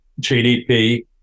GDP